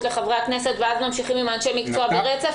לחברי הכנסת ואז נמשיך עם אנשי המקצוע ברצף,